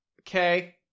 okay